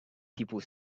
people